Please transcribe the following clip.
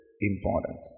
important